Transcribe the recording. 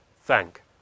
thank